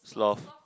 sloth